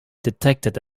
detected